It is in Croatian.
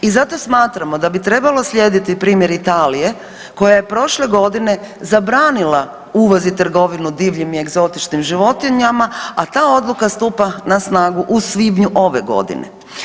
I zato smatramo da bi trebalo slijediti primjer Italije koja je prošle godine zabranila uvoz i trgovinu divljim i egzotičnim životinjama, a ta odluka stupa na snagu u svibnju ove godine.